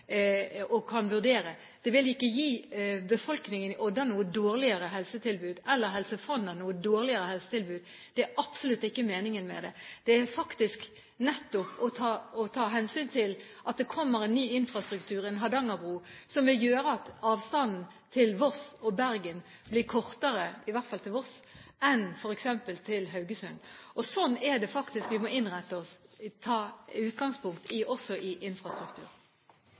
vurdere. Det vil ikke gi verken befolkningen i Odda eller Helse Fonna noe dårligere helsetilbud. Det er absolutt ikke meningen med det. Det er faktisk nettopp å ta hensyn til at det kommer en ny infrastruktur, en hardangerbro, som vil gjøre at avstanden til Voss og Bergen blir kortere – i hvert fall til Voss – enn f.eks. til Haugesund. Sånn er det vi må innrette oss – ta utgangspunkt også i